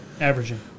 averaging